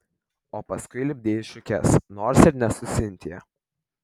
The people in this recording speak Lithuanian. o paskui lipdei šukes nors ir ne su sintija